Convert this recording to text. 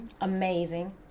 Amazing